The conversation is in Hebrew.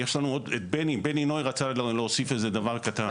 יש לנו עוד את בני נוי שרצה להוסיף איזה דבר קטן.